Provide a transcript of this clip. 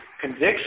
conviction